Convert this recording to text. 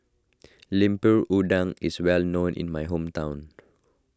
Lemper Udang is well known in my hometown